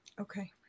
Okay